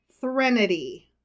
threnody